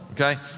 okay